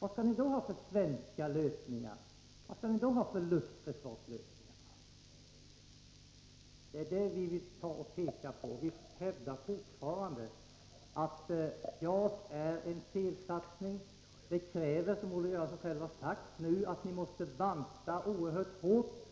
Vilka ”svenska” lösningar skall ni ha då? Vi hävdar fortfarande att JAS är en felsatsning. Den kräver, som Olle Göransson själv har sagt nu, en oerhört hård bantning